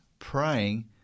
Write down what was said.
Praying